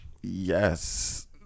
Yes